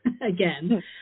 again